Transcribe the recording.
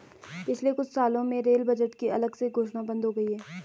पिछले कुछ सालों में रेल बजट की अलग से घोषणा बंद हो गई है